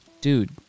dude